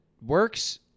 works